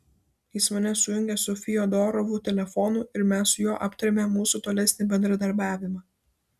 jis mane sujungė su fiodorovu telefonu ir mes su juo aptarėme mūsų tolesnį bendradarbiavimą